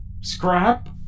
scrap